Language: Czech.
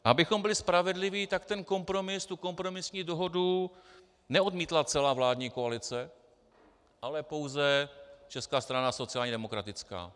Abychom byli spravedliví, tak ten kompromis, tu kompromisní dohodu, neodmítla celá vládní koalice, ale pouze Česká strana sociálně demokratická.